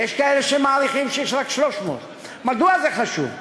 יש כאלה שמעריכים שיש רק 300. מדוע זה חשוב?